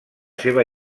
seva